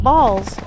Balls